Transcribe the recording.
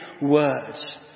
words